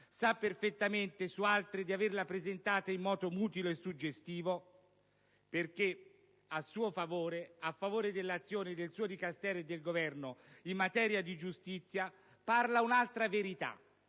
sa perfettamente di averla presentata su altre in modo mutilo e suggestivo. A suo favore, infatti, a favore dell'azione del suo Dicastero e del Governo in materia di giustizia, parla un'altra verità,